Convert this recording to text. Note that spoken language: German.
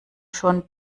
schon